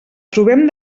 trobem